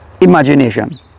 imagination